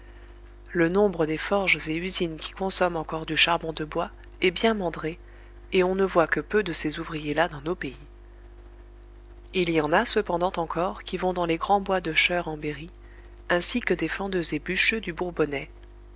le nombre des forges et usines qui consomment encore du charbon de bois est bien mandré et on ne voit que peu de ces ouvriers là dans nos pays il y en a cependant encore qui vont dans les grands bois de cheure en berry ainsi que des fendeux et bûcheux du bourbonnais